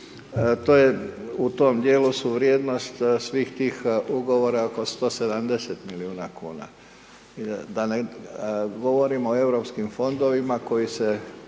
to je u tom dijelu su vrijednost svih tih ugovora oko 170 milijuna kn. Da ne govorim o europskim fondovima koji se